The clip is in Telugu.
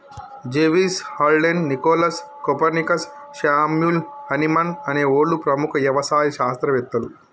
జెవిస్, Haldane, Nicholas, Copernicus, Samuel Hahnemann అనే ఓళ్ళు ప్రముఖ యవసాయ శాస్త్రవేతలు